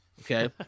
Okay